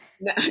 No